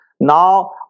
Now